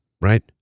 Right